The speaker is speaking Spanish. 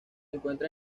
encuentra